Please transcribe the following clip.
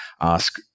ask